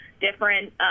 different